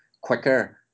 quicker